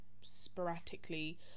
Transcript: sporadically